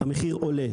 המחיר עולה.